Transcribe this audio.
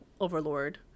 overlord